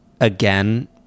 again